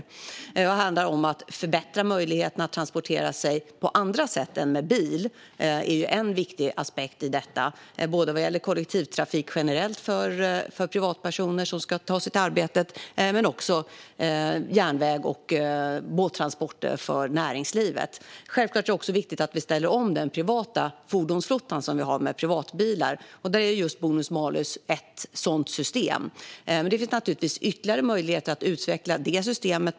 En viktig aspekt i detta är att förbättra möjligheterna att transportera sig på andra sätt än med bil. Det gäller kollektivtrafik generellt sett för privatpersoner som ska ta sig till arbetet men också järnväg och båttransporter för näringslivet. Självklart är det också viktigt att vi ställer om den privata fordonsflottan med personbilar. Där är bonus-malus ett sådant system, men det finns naturligtvis ytterligare möjligheter att utveckla detta.